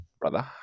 brother